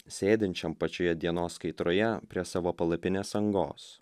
sėdinčiam pačioje dienos kaitroje prie savo palapinės angos